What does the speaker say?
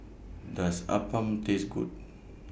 Does Appam Taste Good